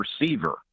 receiver